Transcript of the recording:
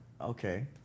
Okay